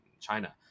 China